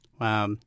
Wow